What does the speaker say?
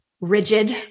rigid